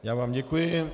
Já vám děkuji.